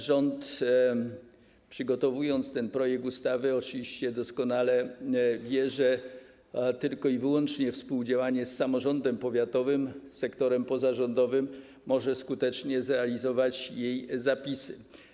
Rząd, przygotowując ten projekt ustawy, oczywiście doskonale wie, że tylko i wyłącznie współdziałanie z samorządem powiatowym, sektorem pozarządowym może skutecznie zrealizować jej zapisy.